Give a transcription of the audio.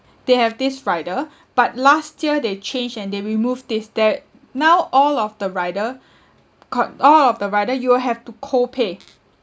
they have this rider but last year they changed and they removed this there now all of the rider cop~ all of the rider you will have to co-pay